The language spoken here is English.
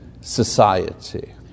society